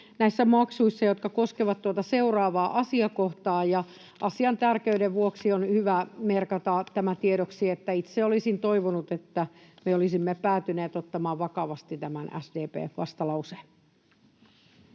näissä maksuissa, jotka koskevat tuota seuraavaa asiakohtaa. Asian tärkeyden vuoksi on hyvä merkata tiedoksi, että itse olisin toivonut, että me olisimme päätyneet ottamaan vakavasti tämän SDP:n vastalauseen.